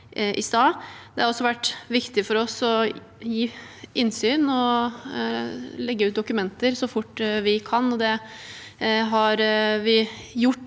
Det har også vært viktig for oss å gi innsyn og legge ut dokumenter så fort vi har kunnet. Det har vi gjort